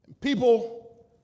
People